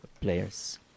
players